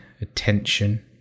attention